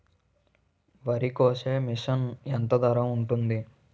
వరి కోసే మిషన్ ధర ఎంత ఉంటుంది?